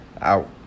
Out